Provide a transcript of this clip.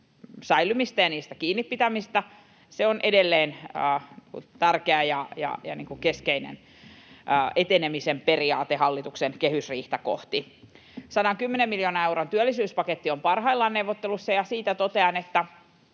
säilymistä ja niistä kiinni pitämistä, on edelleen tärkeä ja keskeinen etenemisen periaate hallituksen kehysriihtä kohti. 110 miljoonan euron työllisyyspaketti on parhaillaan neuvottelussa, ja siitä totean, että